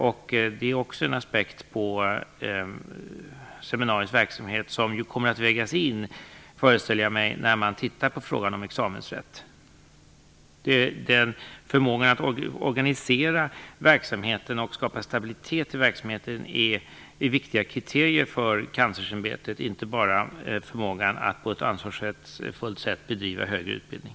Detta är är också en aspekt på seminariets verksamhet, vilken kommer att vägas in, föreställer jag mig, när man tittar närmare på frågan om examensrätt. Förmågan att organisera verksamheten och att skapa stabilitet i den är viktiga kriterier för Kanslersämbetet, inte enbart förmågan att på ett ansvarsfullt sätt bedriva högre utbildning.